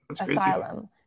Asylum